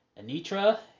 Anitra